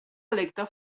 electe